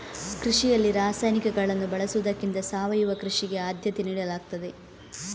ಕೃಷಿಯಲ್ಲಿ ರಾಸಾಯನಿಕಗಳನ್ನು ಬಳಸುವುದಕ್ಕಿಂತ ಸಾವಯವ ಕೃಷಿಗೆ ಆದ್ಯತೆ ನೀಡಲಾಗ್ತದೆ